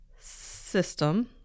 system